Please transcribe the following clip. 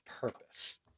purpose